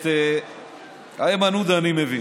את איימן עודה אני מבין.